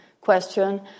question